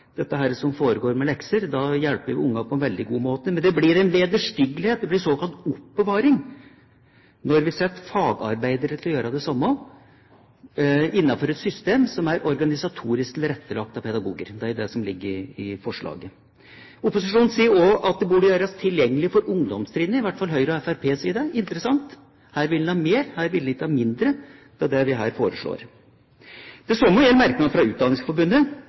dette som foregår med lekser, da hjelper vi ungene på en veldig god måte, men det blir en vederstyggelighet, det blir såkalt oppbevaring, når vi setter fagarbeidere til å gjøre det samme innenfor et system som er organisatorisk tilrettelagt av pedagoger. Det er jo det som ligger i forslaget. Opposisjonen sier også at det «burde gjøres tilgjengelig for ungdomstrinnet», i hvert fall sier Høyre og Fremskrittspartiet det. Det er interessant. Her vil man ha mer, ikke mindre, av det vi foreslår. Det samme gjelder merknadene fra Utdanningsforbundet.